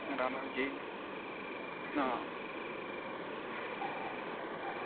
राम राम जी आं